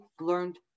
learned